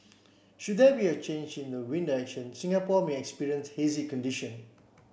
should there be a change in the wind direction Singapore may experience hazy condition